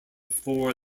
floor